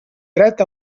dret